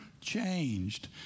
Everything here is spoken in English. changed